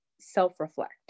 self-reflect